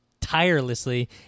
tirelessly